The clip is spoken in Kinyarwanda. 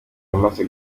wamaze